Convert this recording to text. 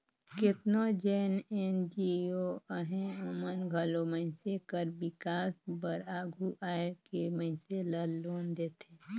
केतनो जेन एन.जी.ओ अहें ओमन घलो मइनसे कर बिकास बर आघु आए के मइनसे ल लोन देथे